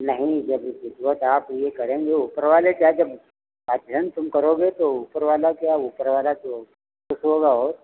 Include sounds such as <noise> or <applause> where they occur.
नहीं जब <unintelligible> साथ ये करेंगे ऊपर वाले क्या जब अध्ययन तुम करोगे तो ऊपर वाला क्या ऊपर वाला खुश होगा और